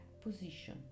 position